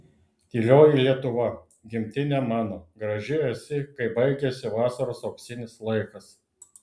tylioji lietuva gimtine mano graži esi kai baigiasi vasaros auksinis laikas